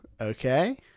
okay